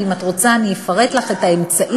ואם את רוצה אני אפרט לך את האמצעים